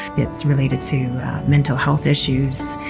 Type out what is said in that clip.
it's related to mental health issues,